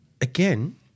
again